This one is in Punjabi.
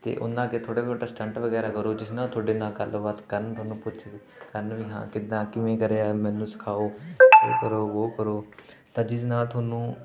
ਅਤੇ ਉਹਨਾਂ ਅੱਗੇ ਥੋੜ੍ਹੇ ਸਟੰਟ ਵਗੈਰਾ ਕਰੋ ਜਿਸ ਨਾਲ ਤੁਹਾਡੇ ਨਾਲ ਗੱਲਬਾਤ ਕਰਨ ਤੁਹਾਨੂੰ ਪੁੱਛ ਕਰਨ ਵੀ ਹਾਂ ਕਿੱਦਾਂ ਕਿਵੇਂ ਕਰਿਆ ਮੈਨੂੰ ਸਿਖਾਓ ਯੇ ਕਰੋ ਵੋ ਕਰੋ ਤਾਂ ਜਿਸ ਨਾਲ ਤੁਹਾਨੂੰ